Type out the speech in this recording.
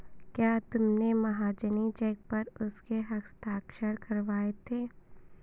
क्या तुमने महाजनी चेक पर उसके हस्ताक्षर करवाए थे?